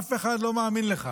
אף אחד לא מאמין לך.